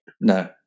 No